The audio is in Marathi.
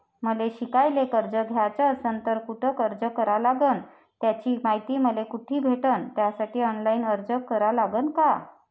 मले शिकायले कर्ज घ्याच असन तर कुठ अर्ज करा लागन त्याची मायती मले कुठी भेटन त्यासाठी ऑनलाईन अर्ज करा लागन का?